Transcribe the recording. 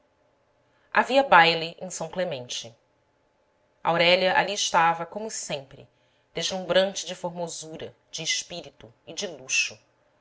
havia baile em são clemente aurélia ali estava como sempre deslumbrante de formosura de espírito e de luxo